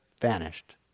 vanished